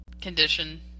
condition